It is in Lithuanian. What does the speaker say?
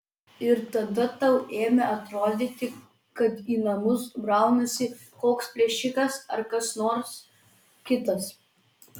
ir tada tau ėmė atrodyti kad į namus braunasi koks plėšikas ar kas nors kitas